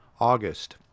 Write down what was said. August